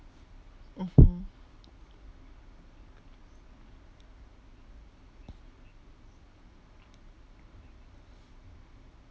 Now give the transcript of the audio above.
mmhmm